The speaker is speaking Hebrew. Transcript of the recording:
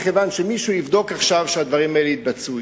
מכיוון שמישהו יבדוק עכשיו שהדברים האלה יתבצעו.